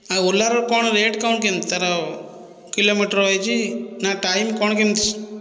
ଆଉ ଓଲାର କ'ଣ ରେଟ କ'ଣ କେମିତି ତା'ର କିଲୋମିଟର ୱାଇଜ ନା ଟାଇମ କଣ କେମିତି